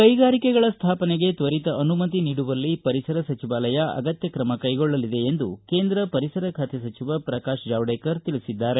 ಕೈಗಾರಿಕೆಗಳ ಸ್ಥಾಪನಗೆ ತ್ವರಿತ ಅನುಮತಿ ನೀಡುವಲ್ಲಿ ಪರಿಸರ ಸಚಿವಾಲಯ ಅಗತ್ತ ಕ್ರಮ ಕೈಗೊಳ್ಳಲಿದೆ ಎಂದು ಕೇಂದ್ರ ಪರಿಸರ ಖಾತೆ ಸಚಿವ ಪ್ರಕಾಶ್ ಜಾವಡೇಕರ್ ತಿಳಿಸಿದ್ದಾರೆ